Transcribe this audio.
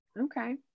Okay